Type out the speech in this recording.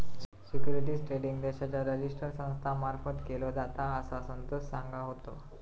securities trading देशाच्या register संस्था मार्फत केलो जाता, असा संतोष सांगा होतो